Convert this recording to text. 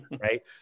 Right